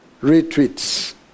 retreats